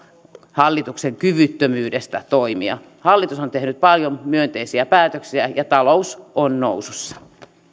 hallituksen kyvyttömyydestä toimia hallitus on tehnyt paljon myönteisiä päätöksiä ja talous on nousussa